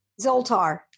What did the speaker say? Zoltar